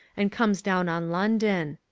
and comes down on london.